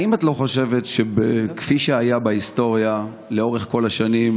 האם את לא חושבת שכפי שהיה בהיסטוריה לאורך כל השנים,